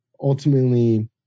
ultimately